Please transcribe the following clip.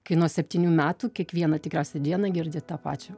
kai nuo septynių metų kiekvieną tikriausiai dieną girdi tą pačią